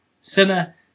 Sinner